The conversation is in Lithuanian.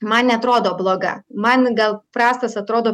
man neatrodo bloga man gal prastas atrodo